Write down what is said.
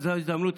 זו ההזדמנות,